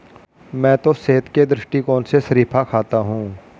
मैं तो सेहत के दृष्टिकोण से शरीफा खाता हूं